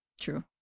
True